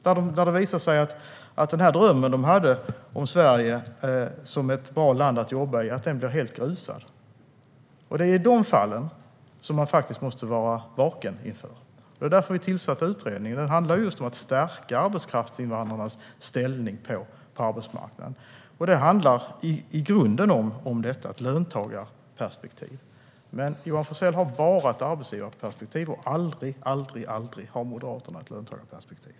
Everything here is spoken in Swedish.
Drömmen som de hade om att Sverige är ett bra land att jobba i blir helt grusad. Det är dessa fall som man måste vara vaken inför. Det var därför vi tillsatte utredningen. Det handlar om att stärka arbetskraftsinvandrarnas ställning på arbetsmarknaden och i grunden om ett löntagarperspektiv. Men Johan Forssell har bara ett arbetsgivarperspektiv, och aldrig har Moderaterna ett löntagarperspektiv.